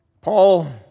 Paul